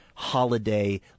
Holiday